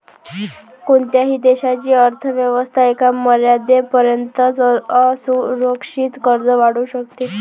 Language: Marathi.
कोणत्याही देशाची अर्थ व्यवस्था एका मर्यादेपर्यंतच असुरक्षित कर्ज वाढवू शकते